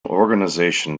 organization